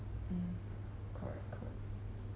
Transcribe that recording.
mm correct correct